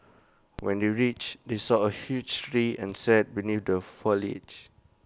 when they reached they saw A huge tree and sat beneath the foliage